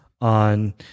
on